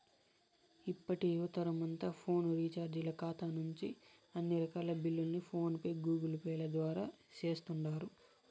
ఇప్పటి యువతరమంతా ఫోను రీచార్జీల కాతా నుంచి అన్ని రకాల బిల్లుల్ని ఫోన్ పే, గూగుల్పేల ద్వారా సేస్తుండారు